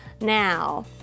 Now